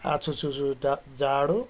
आछुछु जाडो टुप्पी ठाडो